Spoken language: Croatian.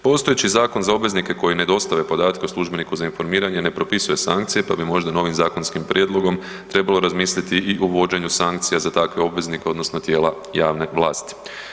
Postojeći zakon za obveznike koji ne dostave podatke o službeniku za informiranje ne propisuje sankcije pa bi možda novim zakonskim prijedlogom trebalo razmisliti i o uvođenju sankcija za takve obveznike odnosno tijela javne vlasti.